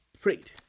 prayed